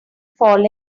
fall